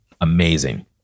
Amazing